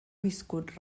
viscut